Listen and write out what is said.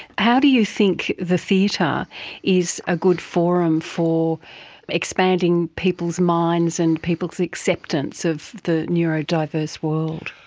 how do you think the theatre is a good forum for expanding people's minds and people's acceptance of the neurodiverse world?